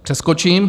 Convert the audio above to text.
Přeskočím.